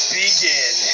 begin